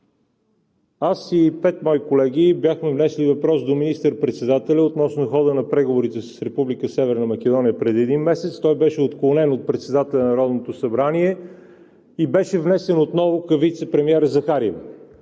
Аз и пет мои колеги бяхме внесли въпрос до министър-председателя относно хода на преговорите с Република Северна Македония преди един месец. Той беше отклонен от председателя на Народното събрание и беше внесен отново към вицепремиера Захариева.